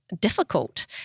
difficult